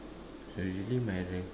usually my